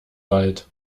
wald